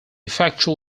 factual